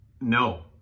no